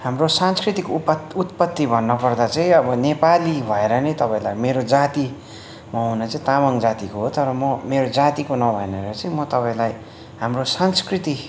हाम्रो सांस्कृतिक उपात उत्पत्ति भन्नपर्दा चाहिँ अब नेपाली भएर नै तपाईँलाई मेरो जाति म हुन चाहिँ तामाङ जातिको हो तर म मेरो जातिको नभनेर चाहिँ म तपाईँलाई हाम्रो सांस्कृति